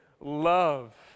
love